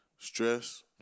Stress